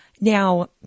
now